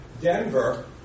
Denver